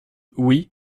oui